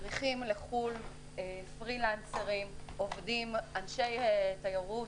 מדריכים לחו"ל, פרילנסרים, עובדים, אנשי תיירות,